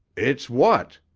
its what?